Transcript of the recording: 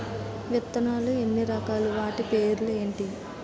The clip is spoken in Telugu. విత్తనాలు ఎన్ని రకాలు, వాటి పేర్లు ఏంటి?